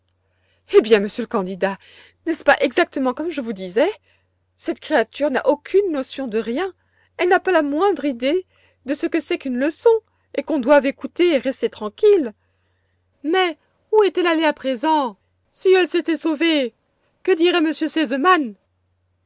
eh bien monsieur le candidat n'est-ce pas exactement comme je vous disais cette créature n'a aucune notion de rien elle n'a pas la moindre idée de ce que c'est qu'une leçon et qu'on doive écouter et rester tranquille mais où est-elle allée à présent si elle s'était sauvée que dirait